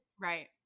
Right